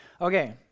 Okay